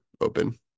open